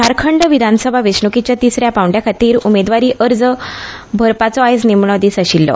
झारखंड विधानसभा वेंचणुकेच्या तिसऱ्या पावंड्या खातीर उमेदवारी अर्ज भरपाचो आयज निमणो दीस आशिल्लो